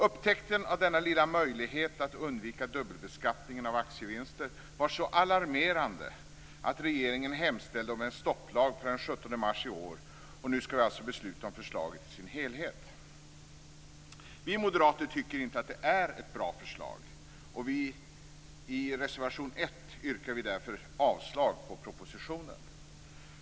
Upptäckten av denna lilla möjlighet att undvika dubbelbeskattningen av aktievinster var så alarmerande att regeringen hemställde om en stopplag per den 17 mars i år, och nu skall vi alltså besluta om förslaget i dess helhet. Vi moderater tycker inte att det är ett bra förslag, och i reservation 1 yrkar vi därför avslag på propositionen.